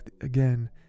again